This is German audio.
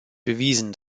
bewiesen